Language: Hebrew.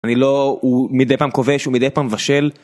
אני לא, הוא מדי פעם כובש, הוא מדי פעם מבשל.